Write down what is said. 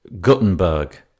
gutenberg